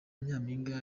nyampinga